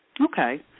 Okay